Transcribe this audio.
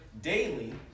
daily